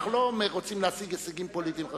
אנחנו לא רוצים להשיג הישגים פוליטיים.